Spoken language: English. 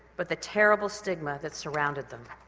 but the terrible stigma that surrounded them.